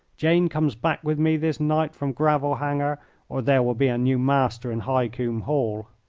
jane comes back with me this night from gravel hanger or there will be a new master in high combe hall.